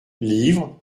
livres